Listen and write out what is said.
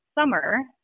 summer